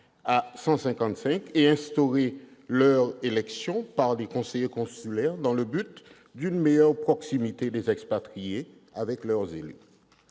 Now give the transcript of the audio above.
à 90 et instauré leur élection par les conseillers consulaires dans le but d'une meilleure proximité des expatriés avec leurs élus.